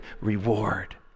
reward